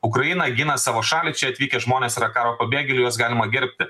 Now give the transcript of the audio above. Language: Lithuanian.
ukraina gina savo šalį čia atvykę žmonės yra karo pabėgėliai juos galima gerbti